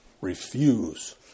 refuse